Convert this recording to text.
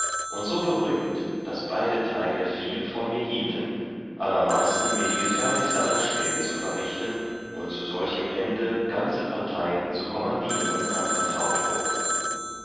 und so berühmt daß beide teile viel von mir hielten allermaßen mir die gefährlichste anschläge zu verrichten und zu solchem ende ganze parteien zu kommandieren anvertraut wurden